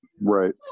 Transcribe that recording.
Right